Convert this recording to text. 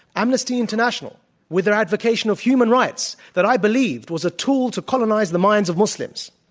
amnesty international with their advocation of human rights that i believed was a tool to colonize the minds of muslims,